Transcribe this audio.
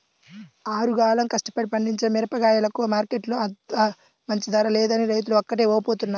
ఆరుగాలం కష్టపడి పండించిన మిరగాయలకు మార్కెట్టులో అంత మంచి ధర లేదని రైతులు ఒకటే వాపోతున్నారు